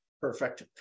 Perfect